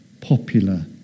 popular